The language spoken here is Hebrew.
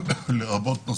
מי